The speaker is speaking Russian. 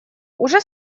уже